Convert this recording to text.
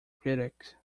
critic